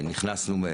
נכנסנו,